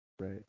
Right